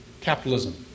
capitalism